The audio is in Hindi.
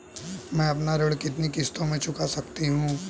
मैं अपना ऋण कितनी किश्तों में चुका सकती हूँ?